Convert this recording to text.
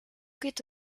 geht